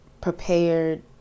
prepared